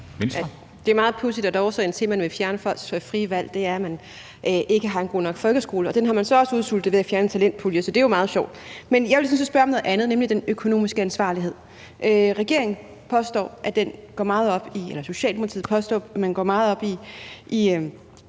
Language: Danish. er meget pudsigt, at årsagen til, at man vil fjerne folks frie valg, er, at man ikke har en god nok folkeskole, og den har man så også udsultet ved at fjerne talentpuljen. Så det er jo meget sjovt. Men jeg vil sådan set spørge om noget andet, nemlig den økonomiske ansvarlighed. Socialdemokratiet påstår, at de går meget op i